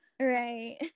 Right